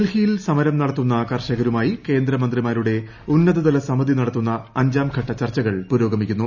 ഡൽഹിയിൽ സ്സമരം നടത്തുന്ന കർഷകരുമായി കേന്ദ്രമന്ത്രിമാരുടെ ് ഉന്നതതല സമിതി നടത്തുന്ന അഞ്ചാം ഘട്ട ചർച്ചകൾ പുരോഗമിക്കുന്നു